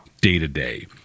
day-to-day